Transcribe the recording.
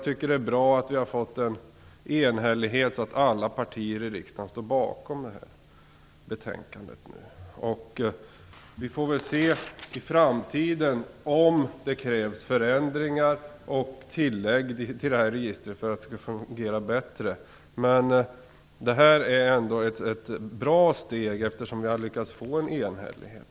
Det är bra att vi har nått en enhällighet, så att alla partier i riksdagen står bakom betänkandet. Vi får väl se om det i framtiden krävs förändringar och tillägg till registret för att det skall fungera bättre. Men detta är ändå ett bra steg, eftersom vi har lyckats uppnå enhällighet.